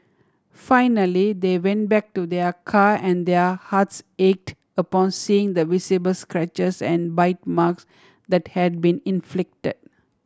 finally they went back to their car and their hearts ache upon seeing the visible scratches and bite marks that had been inflicted